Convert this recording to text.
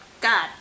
God